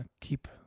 keep